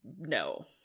no